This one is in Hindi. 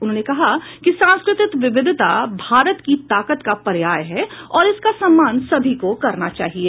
उन्होंने कहा कि सांस्कृतिक विविधता भारत की ताकत का पर्याय है और इसका सम्मान सभी को करना चाहिए